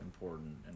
important